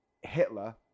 Hitler